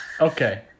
Okay